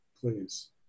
please